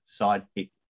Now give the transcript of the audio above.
sidekick